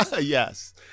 Yes